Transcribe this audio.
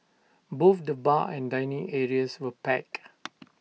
both the bar and dining areas were packed